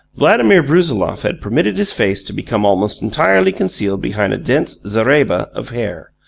vladimir brusiloff had permitted his face to become almost entirely concealed behind a dense zareba of hair,